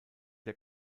der